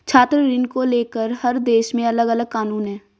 छात्र ऋण को लेकर हर देश में अलगअलग कानून है